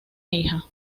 hija